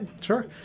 sure